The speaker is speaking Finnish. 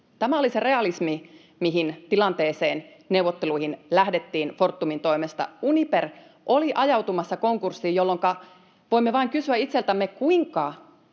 Tämä oli se realismi, missä tilanteessa neuvotteluihin lähdettiin Fortumin toimesta. Uniper oli ajautumassa konkurssiin, jolloinka voimme vain kysyä itseltämme, kuinka